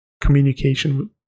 communication